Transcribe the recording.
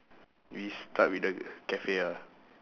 we start with the cafe ah